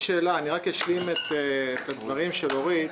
--- אשלים את הדברים של אורית פרקש-הכהן.